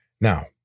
Now